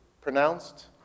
pronounced